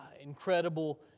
incredible